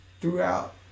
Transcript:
throughout